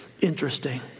interesting